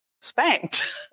spanked